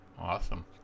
Awesome